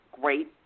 great